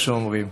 כפי שאומרים.